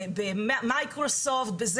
במייקרוסופט וכו',